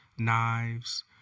Knives